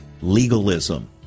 Legalism